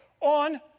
on